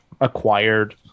acquired